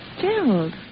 Gerald